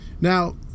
Now